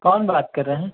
कौन बात कर रहे हैं